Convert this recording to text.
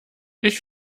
ich